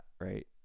right